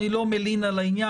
אני לא מלין על העניין,